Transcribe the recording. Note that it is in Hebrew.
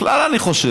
בכלל, אני חושב